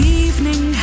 evening